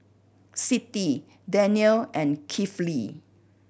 Siti Daniel and Kifli